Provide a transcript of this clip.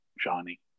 Johnny